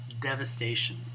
devastation